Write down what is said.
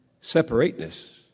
separateness